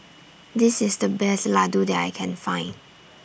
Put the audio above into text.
This IS The Best Laddu that I Can Find